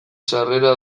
sarrera